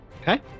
okay